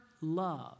love